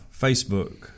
Facebook